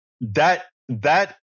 that—that